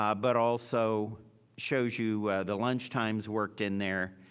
um but also shows you the lunchtimes worked in there.